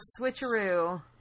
switcheroo